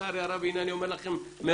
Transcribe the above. לצערי הרב, הנה אני אומר לכם מראש,